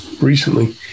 recently